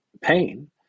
Pain